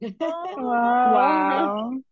Wow